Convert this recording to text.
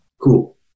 cool